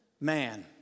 man